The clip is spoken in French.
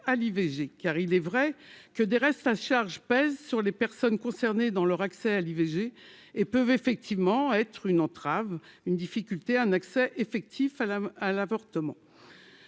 car il est vrai que des restes à charge pèse sur les personnes concernées dans leur accès à l'IVG et peuvent effectivement être une entrave une difficulté un accès effectif à la à l'avortement,